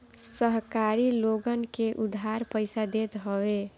सहकारी लोगन के उधार पईसा देत हवे